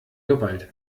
gewalt